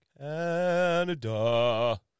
Canada